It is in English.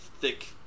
thick